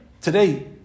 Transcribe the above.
Today